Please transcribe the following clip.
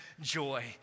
joy